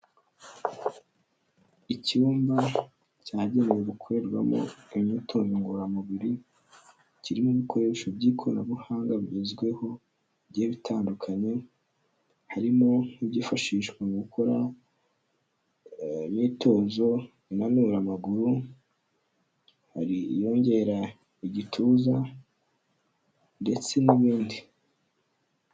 Icyumba cyagenewe gukorerwamo imyitozo ngororamubiri kirimo ibikoresho by'ikoranabuhanga bigezweho bigiye bitandukanye, harimo nk'ibyifashishwa mu gukora imyitozo inanura amaguru, hari iyongera igituza ndetse n'ibindi.